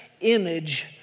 image